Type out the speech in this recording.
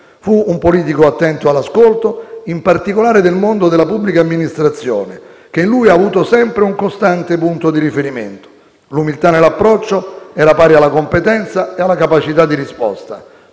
Fu un politico attento all'ascolto, in particolare del mondo della pubblica amministrazione, che in lui ha avuto sempre un costante punto di riferimento. L'umiltà nell'approccio era pari alla competenza e alla capacità di risposta.